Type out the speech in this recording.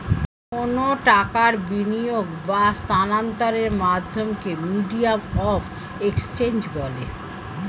কোনো টাকার বিনিয়োগ বা স্থানান্তরের মাধ্যমকে মিডিয়াম অফ এক্সচেঞ্জ বলে